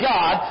God